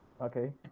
Okay